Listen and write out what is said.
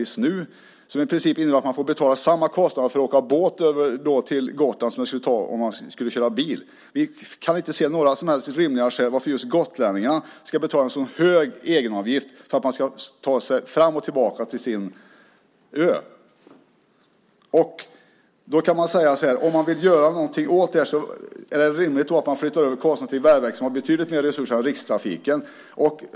Det innebär i princip att man får betala samma kostnader för att åka båt till Gotland som om man skulle köra motsvarande sträcka med bil. Vi kan inte se några som helst rimliga skäl till att just gotlänningarna ska betala en så hög egenavgift för att man ska ta sig fram och tillbaka till sin ö. Om man vill göra någonting åt det är det rimligt att man flyttar över kostnaden till Vägverket, som har betydligt större resurser än Rikstrafiken.